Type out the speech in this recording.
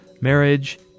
marriage